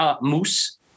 Moose